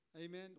Amen